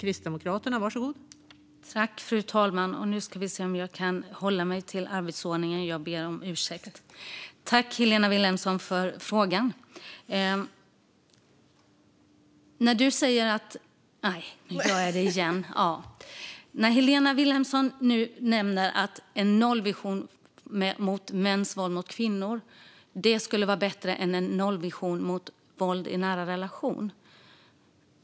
Fru talman! Nu ska vi se om jag kan hålla mig till arbetsordningen. Jag ber om ursäkt. Jag tackar Helena Vilhelmsson för frågan. Ledamoten nämnde att en nollvision för mäns våld mot kvinnor skulle vara bättre än en nollvision för våld i nära relation.